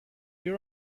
you